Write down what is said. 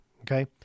Okay